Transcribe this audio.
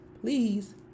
please